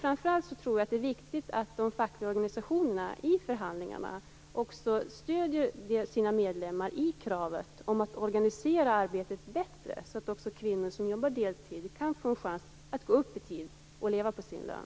Framför allt tror jag att det är viktigt att de fackliga organisationerna i förhandlingarna stöder sina medlemmar när det gäller kravet att arbetet skall organiseras bättre, så att också kvinnor som jobbar deltid kan få en chans att gå upp i tid och leva på sin lön.